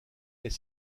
est